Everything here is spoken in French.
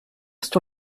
sur